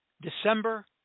December